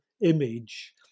image